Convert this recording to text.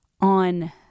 on